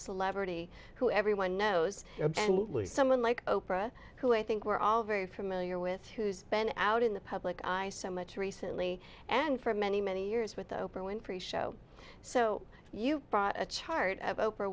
celebrity who everyone knows absolutely someone like oprah who i think we're all very familiar with who's been out in the public eye so much recently and for many many years with oprah winfrey show so you brought a chart of oprah